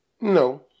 no